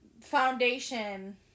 foundation